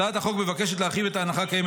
הצעת החוק מבקשת להרחיב את ההנחה הקיימת